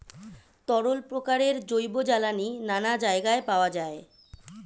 তরল প্রকারের জৈব জ্বালানি নানা জায়গায় পাওয়া যায়